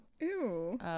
Ew